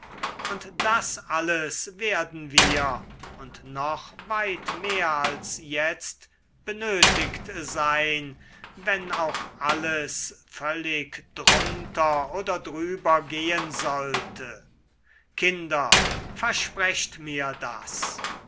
und das alles werden wir und noch weit mehr als jetzt benötigt sein wenn auch alles völlig drunter oder drüber gehen sollte kinder versprecht mir das